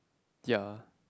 ya